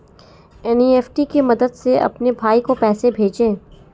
NEFT की मदद से अपने भाई को पैसे भेजें